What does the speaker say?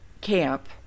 camp